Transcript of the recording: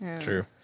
True